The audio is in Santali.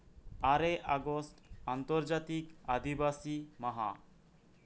ᱟᱨᱮ ᱟᱜᱚᱥᱴ ᱟᱱᱛᱚᱨ ᱡᱟᱛᱤᱠ ᱟᱹᱫᱤᱵᱟᱥᱤ ᱢᱟᱦᱟ